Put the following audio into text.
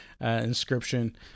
Inscription